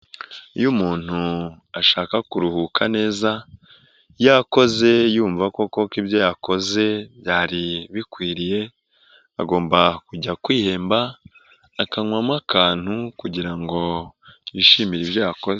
Iyo umuntu ashaka kuruhuka neza, yakoze yumva ko koko ibyo yakoze byari bikwiriye agomba kujya kwihemba, akanywamo akantu kugira ngo yishimire ibyo yakoze.